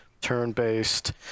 turn-based